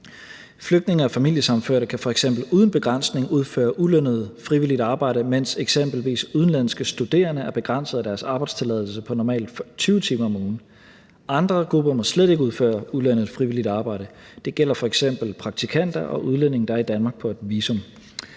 Flygtninge og familiesammenførte kan f.eks. uden begrænsning udføre ulønnet frivilligt arbejde, mens eksempelvis udenlandske studerende er begrænset af deres arbejdstilladelse på normalt 20 timer om ugen. Andre grupper må slet ikke udføre ulønnet frivilligt arbejde. Det gælder f.eks. praktikanter og udlændinge, der er i Danmark på et visum.